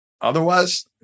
otherwise